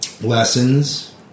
lessons